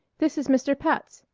this is mr. pats,